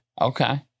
Okay